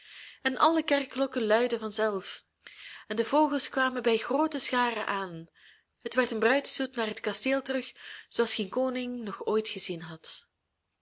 en alle kerkklokken luidden van zelf en de vogels kwamen bij groote scharen aan het werd een bruidsstoet naar het kasteel terug zooals geen koning nog ooit gezien had